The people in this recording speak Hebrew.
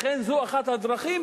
לכן זו אחת הדרכים,